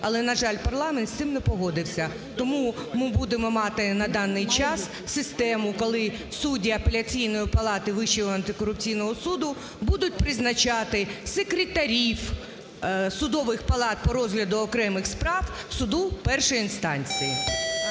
Але, на жаль, парламент з цим не погодився. Тому ми будемо мати на даний час систему, коли судді Апеляційної палати Вищого антикорупційного суду будуть призначати секретарів судових палат по розгляду окремих справ суду першої інстанції.